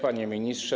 Panie Ministrze!